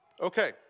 Okay